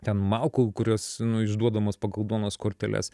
ten malkų kurios išduodamos pagal duonos korteles